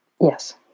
Yes